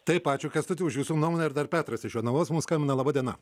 taip ačiū kęstuti už jūsų nuomonę ir dar petras iš jonavos mums skambina laba diena